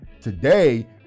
Today